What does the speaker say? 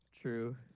true